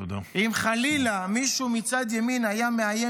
אם חלילה מישהו מצד ימין היה מאיים